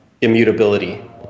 immutability